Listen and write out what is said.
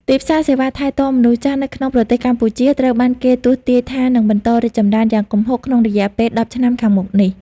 ទីផ្សារសេវាថែទាំមនុស្សចាស់នៅក្នុងប្រទេសកម្ពុជា ត្រូវបានគេទស្សន៍ទាយថានឹងបន្តរីកចម្រើនយ៉ាងគំហុកក្នុងរយៈពេលដប់ឆ្នាំខាងមុខនេះ។